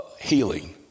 healing